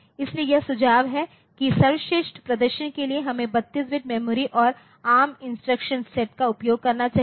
इसलिए यह सुझाव है कि सर्वश्रेष्ठ प्रदर्शन के लिए हमें 32 बिट मेमोरी और एआरएम इंस्ट्रक्शन सेट का उपयोग करना चाहिए